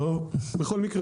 אז אתה אומר